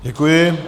Děkuji.